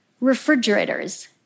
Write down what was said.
refrigerators